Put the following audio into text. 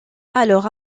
alors